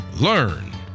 learn